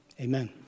Amen